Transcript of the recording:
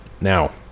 Now